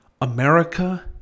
america